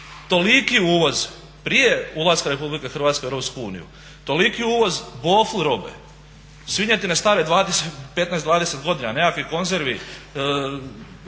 toliki uvoz prije ulaska RH u EU, toliki uvoz bofl robe, svinjetine stare 15, 20 godina, nekakvih konzervi